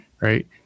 Right